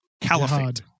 caliphate